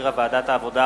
שהחזירה ועדת העבודה,